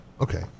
Okay